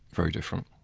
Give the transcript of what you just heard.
very different.